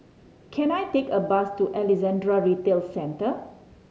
can I take a bus to Alexandra Retail Centre